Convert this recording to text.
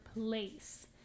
place